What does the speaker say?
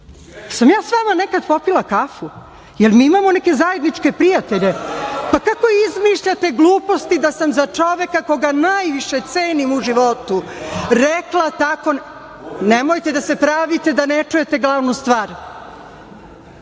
ja sa vama nekad popila kafu? Jel mi imamo neke zajedničke prijatelje? Kako izmišljate gluposti da sam za čoveka koga najviše cenim u životu rekla tako nešto? Nemojte da se pravite da ne čujete glavnu stvar.